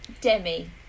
Demi